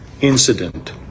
incident